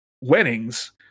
weddings